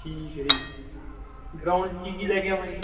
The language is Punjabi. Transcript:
ਠੀਕ ਹੈ ਜੀ ਗਰਾਉਂਡ 'ਚ ਕੀ ਕੀ ਲੈ ਕੇ ਆਵਾਂ ਜੀ